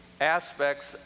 aspects